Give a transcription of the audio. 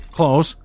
Close